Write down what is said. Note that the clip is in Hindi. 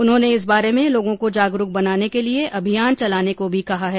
उन्होंने इस बारे में लोगों को जागरूक बनाने के लिए अभियान चलाने को भी कहा है